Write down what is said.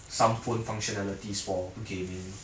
some phone functionalities for gaming